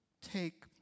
take